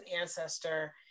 ancestor